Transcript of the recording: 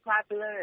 popular